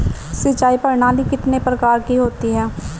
सिंचाई प्रणाली कितने प्रकार की होती है?